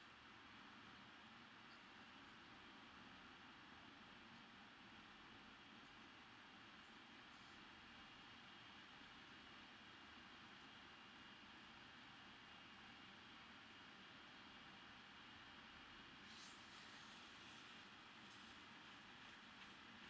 the mm uh